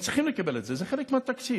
הם צריכים לקבל את זה, זה חלק מהתקציב.